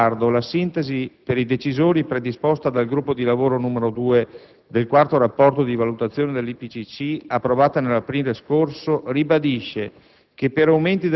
A tal riguardo, la "Sintesi per i decisori" predisposta dal gruppo di lavoro n. 2 del quarto rapporto di valutazione dell'IPCC, approvata nell'aprile scorso, ribadisce